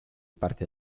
parte